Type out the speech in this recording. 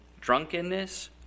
drunkenness